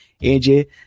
aj